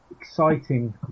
exciting